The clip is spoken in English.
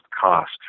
cost